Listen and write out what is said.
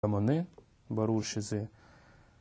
המונה ברור שזה